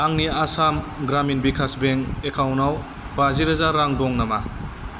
आंनि आसाम ग्रामिन भिकास बेंक एकाउन्टआव बाजि रोजा रां दं नामा